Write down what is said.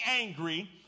angry